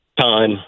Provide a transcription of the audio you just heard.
time